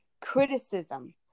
criticism